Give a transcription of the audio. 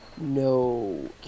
no